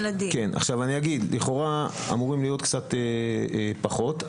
לכאורה אמורים להיות קצת פחות.